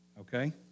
okay